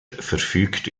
verfügt